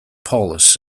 paulus